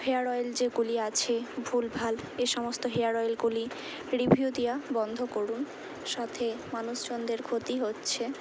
hair oil যেগুলি আছে ভুল ভাল এ সমস্ত হেয়ার অয়েলগুলি রিভিউ দেওয়া বন্ধ করুন সাথে মানুষজনদের ক্ষতি হচ্ছে